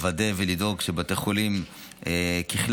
לוודא ולדאוג שבתי חולים ככלל,